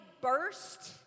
burst